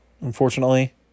unfortunately